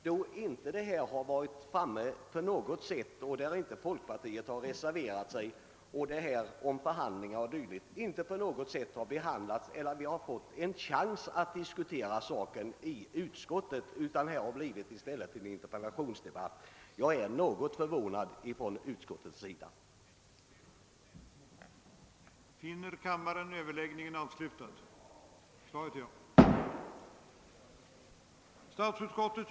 De synpunkter som de framfört har inte på något sätt framkommit vid sakbehandlingen, och folkpartiets representanter har i utskottet inte heller på något sätt reserverat sig beträffande frågan om förhandlingar och dylikt.